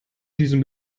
diesem